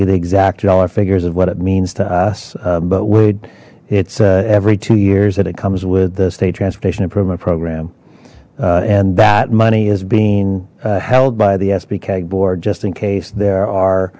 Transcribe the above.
you the exact dollar figures of what it means to us but wait it's every two years that it comes with the state transportation improvement program and that money is being held by the sp cag board just in case there are